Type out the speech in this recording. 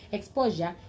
Exposure